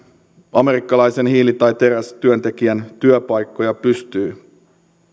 amerikkalaisen hiili tai terästyöntekijän työpaikkoja pystyy